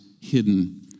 hidden